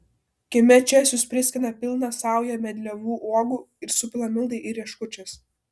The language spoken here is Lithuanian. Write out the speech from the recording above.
kieme česius priskina pilną saują medlievų uogų ir supila mildai į rieškučias